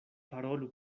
parolu